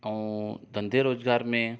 ऐं धंधे रोजगार में